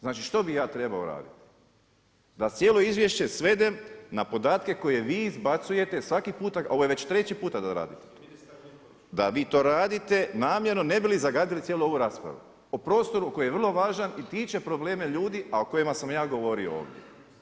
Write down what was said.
Znači što bi ja trebao raditi, da cijelo izvješće svedem na podatke koje vi izbacujete svaki puta, a ovo je već 3 puta da radite to, da vi to radite namjerno ne bi li zagadili cijelu ovu raspravu o prostoru koji je vrlo važan i tiče probleme ljudi a o kojima sam ja govorio ovdje.